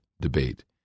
debate